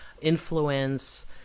influence